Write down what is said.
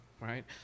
right